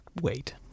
wait